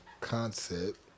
Concept